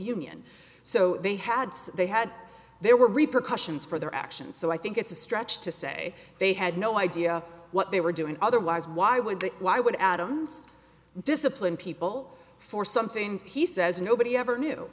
union so they had they had there were repercussions for their actions so i think it's a stretch to say they had no idea what they were doing otherwise why would they why would adams discipline people for something he says nobody ever knew